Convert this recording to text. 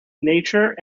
nature